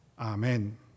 Amen